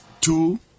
two